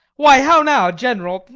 why, how now, general!